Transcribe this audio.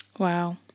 Wow